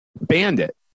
Bandit